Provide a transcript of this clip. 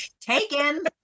taken